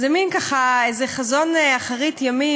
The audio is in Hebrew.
זה מין חזון אחרית ימים,